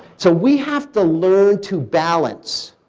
so we have to learn to balance,